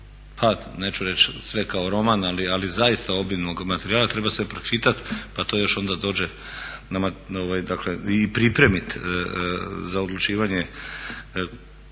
pa neću reći sve kao roman ali zaista obilnog materijala, treba sve pročitat pa to još onda dođe dakle i pripremit za odlučivanje koji način